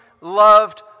loved